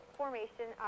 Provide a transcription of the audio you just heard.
formation